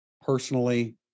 personally